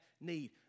need